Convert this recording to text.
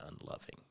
unloving